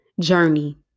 journey